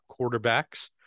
quarterbacks